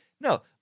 No